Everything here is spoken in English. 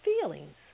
feelings